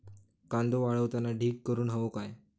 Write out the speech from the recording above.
कांदो वाळवताना ढीग करून हवो काय?